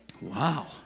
Wow